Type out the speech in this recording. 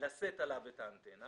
לשאת עליה את האנטנה